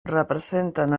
representen